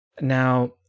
Now